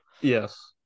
Yes